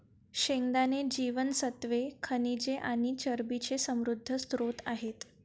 शेंगदाणे जीवनसत्त्वे, खनिजे आणि चरबीचे समृद्ध स्त्रोत आहेत